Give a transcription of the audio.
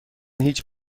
هیچ